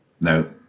No